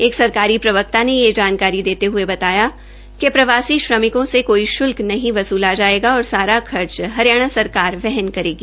एक सरकारी प्रवक्ता ने यह जानकारी देते हये बताया कि प्रवासी श्रमिकों से कोई शुल्क नहीं वसूला जायेगा और सारा खर्च हरियाणा सरकार वहन करेगी